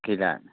गैला